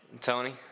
Tony